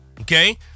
okay